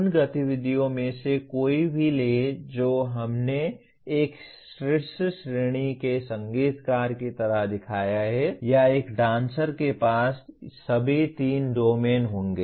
उन गतिविधियों में से कोई भी लें जो हमने एक शीर्ष श्रेणी के संगीतकार की तरह दिखाया है या एक डांसर के पास सभी तीन डोमेन होंगे